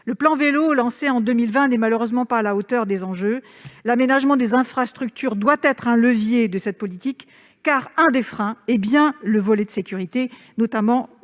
Le plan Vélo, lancé en 2020, n'est malheureusement pas à la hauteur des enjeux. L'aménagement des infrastructures doit être un levier de cette politique, car un des freins est bien lié à la sécurité, notamment pour les parents.